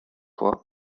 fois